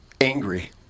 angry